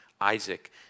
Isaac